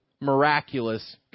miraculous